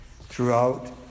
throughout